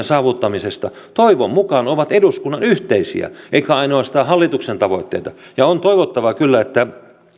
saavuttamisesta toivon mukaan ovat eduskunnan yhteisiä eivätkä ainoastaan hallituksen tavoitteita ja on toivottavaa kyllä että